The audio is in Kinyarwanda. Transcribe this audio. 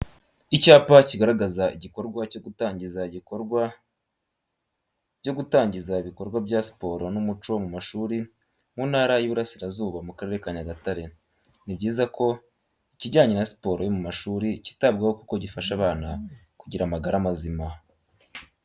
Icyapa kigaragaza igikorwa cyo gutangiza igikorwa byo gutangiza ibikorwa bya siporo n'umuco mu mashuri mu ntara y'Iburasirazuba mu karere ka Nyagatare. Ni byiza ko ikijyanye na siporo yo mu mashuri cyitabwaho kuko gifasha abana kugira amagara mazima.